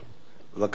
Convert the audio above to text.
בבקשה.